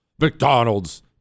McDonald's